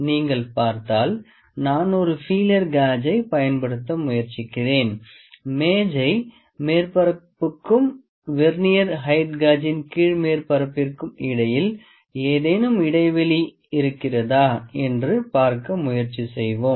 நீங்கள் பார்த்தால் நான் ஒரு ஃபீலர் காஜை பயன்படுத்த முயற்சிக்கிறேன் மேஜை மேற்பரப்புக்கும் வெர்னியர் ஹெயிட் காஜின் கீழ் மேற்பரப்பிற்கும் இடையில் ஏதேனும் இடைவெளி இருக்கிறதா என்று பார்க்க முயற்சி செய்வோம்